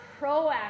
proactive